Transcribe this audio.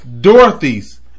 Dorothy's